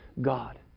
God